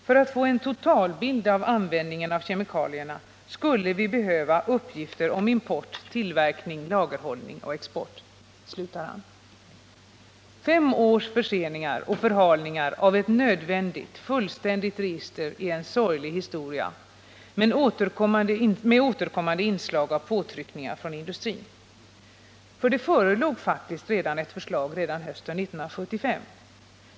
För att få en total bild av användningen av kemikalier skulle vi behöva uppgifter om import, tillverkning, lagerhållning och export.” Fem års förseningar och förhalningar av ett nödvändigt, fullständigt register är en sorglig historia, med återkommande inslag av påtryckningar från industrin. Det förelåg faktiskt ett förslag redan hösten 1975.